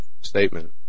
statement